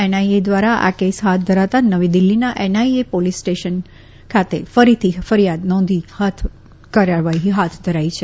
NIA દ્વારા આ કેસ હાથ ધરાતાં નવી દિલ્ફીના એનઆઈએ પોલીસ સ્ટેશન ખાતે ફરીથી ફરિયાદ નોંધી કાર્યવાહી હાથ ધરી છે